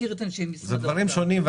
אלה דברים שונים.